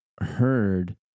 heard